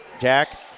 Jack